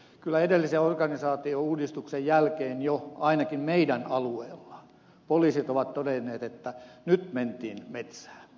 kyllä edellisen organisaatiouudistuksen jälkeen jo ainakin meidän alueellamme poliisit ovat todenneet että nyt mentiin metsään